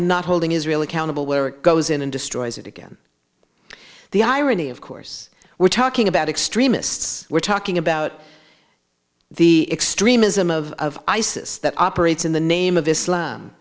and not holding israel accountable where it goes in and destroys it again the irony of course we're talking about extremists we're talking about the extremism of isis that operates in the name of islam